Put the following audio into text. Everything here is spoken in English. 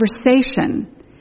conversation